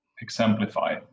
exemplify